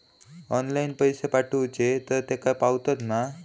Online पैसे पाठवचे तर तेका पावतत मा?